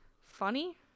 Funny